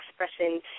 expression